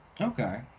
okay